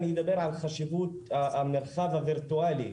אני אדבר על חשיבות המרחב הווירטואלי,